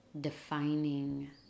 defining